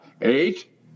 eight